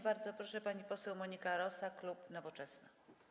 Bardzo proszę, pani poseł Monika Rosa, klub Nowoczesna.